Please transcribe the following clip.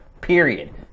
Period